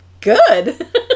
good